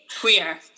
queer